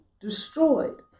destroyed